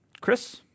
Chris